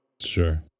Sure